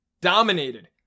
dominated